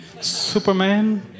Superman